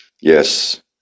yes